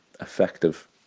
effective